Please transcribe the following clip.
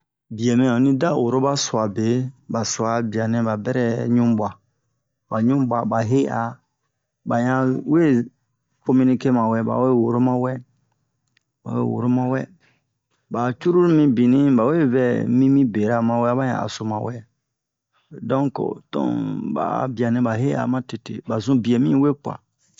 bi'ɛ mɛ onni da woro ba su'a be ba su'a a bianɛ ba bɛrɛ ɲu bwa ba ɲu bwa he'a ba yan we kominike ma wɛ ba we woro ma wɛ ba we woro ma wɛba cruru mibini ba we vɛ mimi bera ma wɛ aba yan haso ma wɛ donk ba a bianɛ ba he'a ma tete ba zun bie mi we kwa